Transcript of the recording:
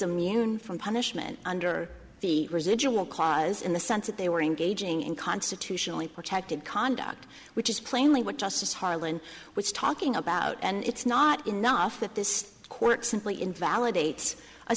immune from punishment under the residual clause in the sense that they were engaging in constitutionally protected conduct which is plainly what justice harlan was talking about and it's not enough that this court simply invalidates a